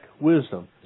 wisdom